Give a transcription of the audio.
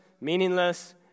meaningless